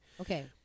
Okay